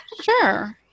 sure